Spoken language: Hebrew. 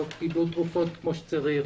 שלא קיבלו תרופות כמו שצריך,